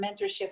mentorship